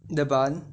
the bun